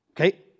Okay